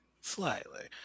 Slightly